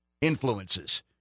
influences